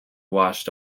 washed